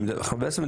בעצם,